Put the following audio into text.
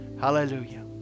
Hallelujah